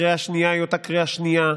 הקריאה השנייה היא אותה קריאה שנייה,